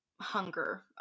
hunger